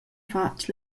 fatg